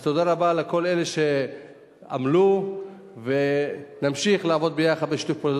אז תודה רבה לכל אלה שעמלו ונמשיך לעבוד ביחד בשיתוף פעולה.